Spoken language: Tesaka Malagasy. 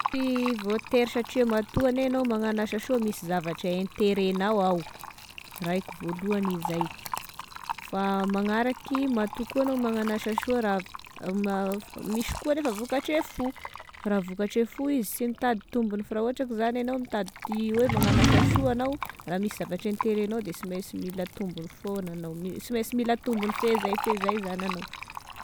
Sy voatery satria matoa anie agnao magnano asa soa misy zavatry interenao ao raiky voalohany izay fa magnaraky, matoa koa agnao magnano asa soa rah- ma- misy koa nefa vokatre fo, raha vokatre fo izy sy mitady tombony fa raha ohatry ka zany agnao mitady hoe magnano asa soa agnao raha misy zavatry interenao de sy mainsy mila tombony foagna agnao sy mainsy mila tombony fezay fezay zany agnao.